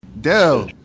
Dell